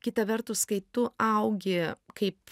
kita vertus kai tu augi kaip